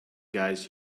guys